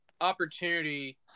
opportunity